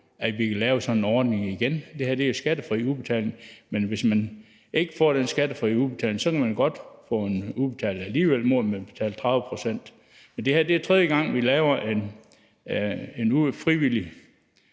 at vi kan lave sådan en ordning igen. Det her er skattefri udbetaling, men hvis man ikke får den skattefri udbetaling, kan man godt få den udbetalt alligevel, blot man betaler 30 pct. Men det er tredje gang, vi laver en ordning